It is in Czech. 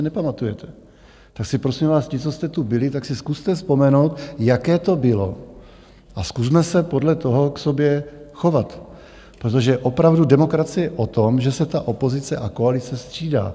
Tak si, prosím vás, ti, co jste tu byli, tak si zkuste vzpomenout, jaké to bylo, a zkusme se podle toho k sobě chovat, protože opravdu demokracie je o tom, že se ta opozice a koalice střídá.